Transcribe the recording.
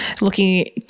looking